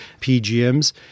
PGMs